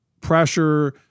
pressure